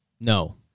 No